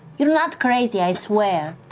you're not crazy, i swear.